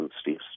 Steve